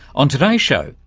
on today's show,